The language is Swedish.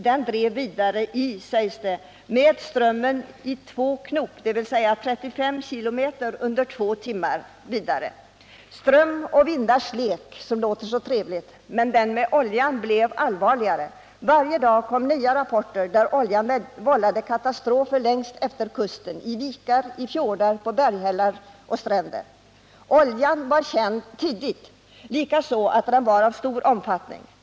Det uppges att denna ”farsot” drev vidare med strömmen i två knops fart, dvs. ca 35 km på tio timmar. Ström och vindars lek låter trevligt, men med oljan blev det allvarligare. Varje dag kom nya rapporter om katastrofer som oljan vållade längs efter kusten, i vikar och fjordar, på berghällar och stränder. Oljebältet var känt tidigt, likaså att det var av stor omfattning.